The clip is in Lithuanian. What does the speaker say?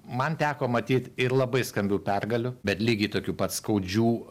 man teko matyt ir labai skambių pergalių bet lygiai tokių pat skaudžių